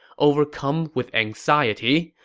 overcome with anxiety,